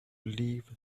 believe